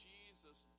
Jesus